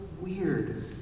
weird